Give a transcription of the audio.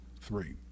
three